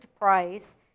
price